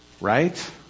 Right